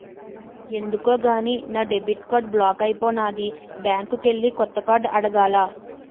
ఎందుకో గాని నా డెబిట్ కార్డు బ్లాక్ అయిపోనాది బ్యాంకికెల్లి కొత్త కార్డు అడగాల